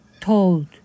told